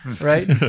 right